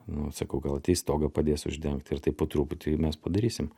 nu sakau gal ateis stogą padės uždengt ir taip po truputį mes padarysim